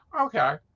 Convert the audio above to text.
Okay